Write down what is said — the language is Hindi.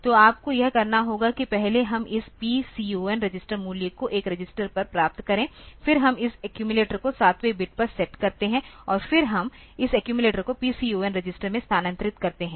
तो आपको यह करना होगा कि पहले हम इस PCON रजिस्टर मूल्य को एक रजिस्टर पर प्राप्त करें फिर हम इस एक्यूमिलेटर को सातवें बिट पर सेट करते हैं और फिर हम इस एक्यूमिलेटर को PCON रजिस्टर में स्थानांतरित करते हैं